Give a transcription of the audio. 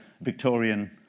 Victorian